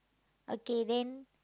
okay then